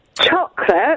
chocolate